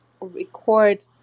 record